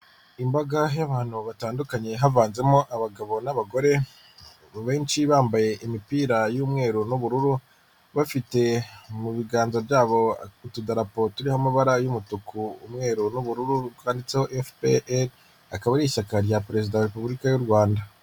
Imbaga y'abantu batandukanye havanzemo abagabo n'abagore benshi bambaye imipira y'umweru n'ubururu bafite mu biganza byabo utudarapo turiho amabara y'umutuku, umweru n'ubururu twanditseho FPR akaba ari ishyaka rya perezida wa repubulika y'uRwanda.